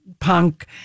Punk